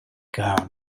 ground